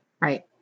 Right